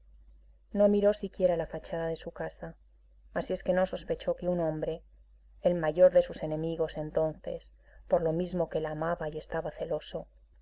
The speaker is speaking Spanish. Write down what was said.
no miró siquiera a la fachada de su casa así es que no sospechó que un hombre el mayor de sus enemigos entonces por lo mismo que la amaba y estaba celoso